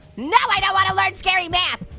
no, i don't wanna learn scary math.